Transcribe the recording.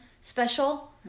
special